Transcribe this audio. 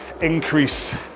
increase